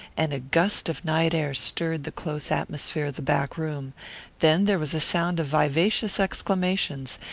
and a gust of night air stirred the close atmosphere of the back room then there was a sound of vivacious exclamations,